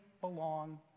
belong